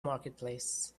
marketplace